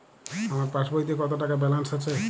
আমার পাসবইতে কত টাকা ব্যালান্স আছে?